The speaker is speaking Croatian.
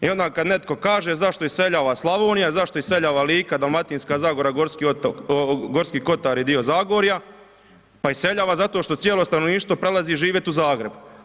I onda kada netko kaže zašto iseljava Slavonija, zašto iseljava Lika, Dalmatinska zagora, Gorski Kotar i dio Zagorja, pa iseljava zato što cijelo stanovništvo prelazi živjeti u Zagreb.